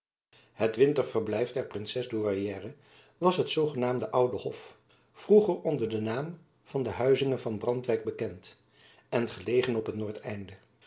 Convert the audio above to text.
het winterverblijf der princes douairière was het zoogenaamde oude hof vroeger onder den naam van de huizinge van brandwijk bekend en gelegen op het